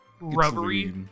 rubbery